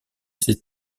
ses